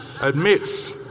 admits